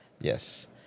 Yes